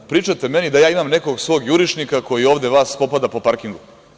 Pričate meni da ja imam nekog svog jurišnika koji ovde spopada po parkingu.